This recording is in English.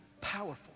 powerful